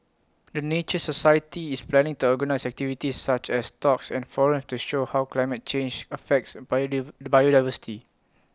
the nature society is planning to organise activities such as talks and forums to show how climate change affects biodiversity